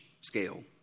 scale